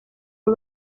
aba